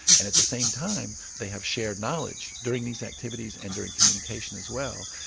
and at the same time they have shared knowledge during these activities and during communication as well,